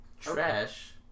Trash